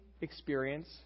experience